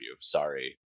Sorry